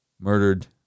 murdered